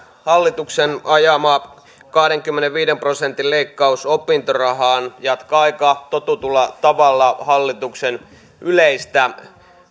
hallituksen ajama kahdenkymmenenviiden prosentin leik kaus opintorahaan jatkaa aika totutulla tavalla hallituksen yleistä